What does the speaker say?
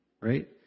right